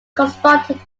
constructed